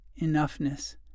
enoughness